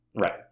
right